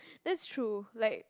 that's true like